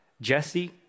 Jesse